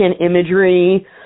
imagery